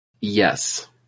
Yes